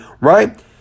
Right